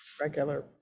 regular